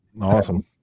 Awesome